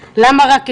למה רק 2020-2021,